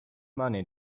money